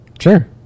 Sure